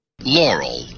Laurel